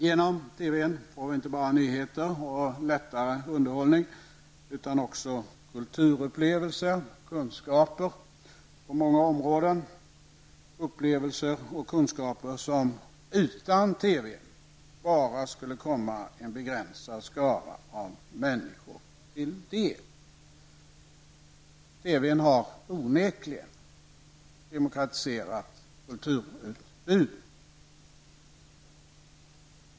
Genom TV får vi inte bara nyheter och lättare underhållning, utan också kulturupplevelser och kunskaper på många områden, upplevelser och kunskaper som utan TV bara skulle komma en begränsad skara av människor till del. TV har onekligen demokratiserat kulturutbudet.